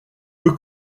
peu